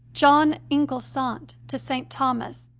john inglesant to st. thomas,